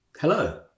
Hello